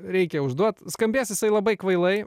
reikia užduot skambės jisai labai kvailai